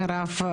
מירב,